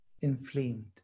inflamed